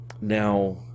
Now